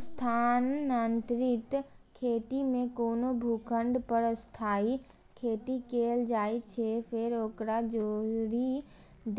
स्थानांतरित खेती मे कोनो भूखंड पर अस्थायी खेती कैल जाइ छै, फेर ओकरा छोड़ि